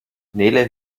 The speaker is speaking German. nele